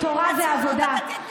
תתביישי.